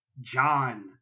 John